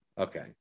Okay